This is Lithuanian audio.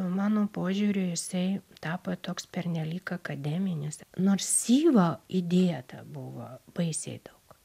mano požiūriu jisai tapo toks pernelyg akademinis nors syvo įdėta buvo baisiai daug